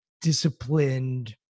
disciplined